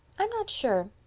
i'm not sure.